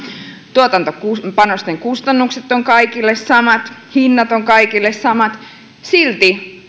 tuotantopanosten kustannukset ovat kaikille samat hinnat ovat kaikille samat ja silti